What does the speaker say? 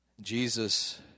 Jesus